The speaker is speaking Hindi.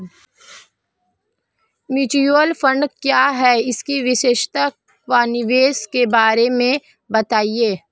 म्यूचुअल फंड क्या है इसकी विशेषता व निवेश के बारे में बताइये?